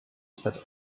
had